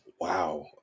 Wow